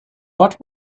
but